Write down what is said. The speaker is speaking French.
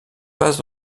passe